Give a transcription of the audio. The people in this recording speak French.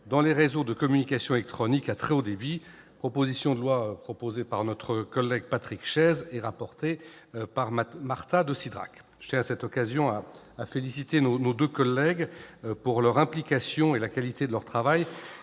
dans les réseaux de communications électroniques à très haut débit, déposée par Patrick Chaize et rapportée par Marta de Cidrac. Je tiens à cette occasion à féliciter nos deux collègues pour leur implication et la qualité de leur travail